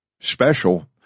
special